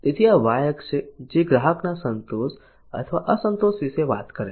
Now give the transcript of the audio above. તેથી આ વાય અક્ષ છે જે ગ્રાહકના સંતોષ અથવા અસંતોષ વિશે વાત કરે છે